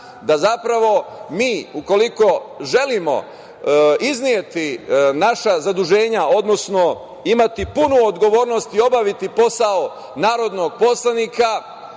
da zapravo mi, ukoliko želimo izneti naša zaduženja, odnosno imati punu odgovornost i obaviti posao narodnog poslanika,